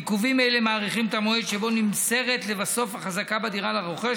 עיכובים אלה דוחים את המועד שבו נמסרת לבסוף החזקה בדירה לרוכש,